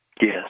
Yes